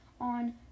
on